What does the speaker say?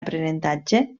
aprenentatge